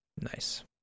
Nice